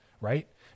right